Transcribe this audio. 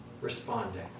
responding